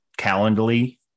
Calendly